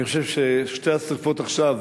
אני חושב ששתי השרפות עכשיו,